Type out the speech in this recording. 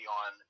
on